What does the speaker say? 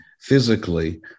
physically